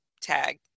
tag